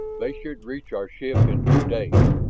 they should reach our ship in two days.